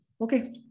Okay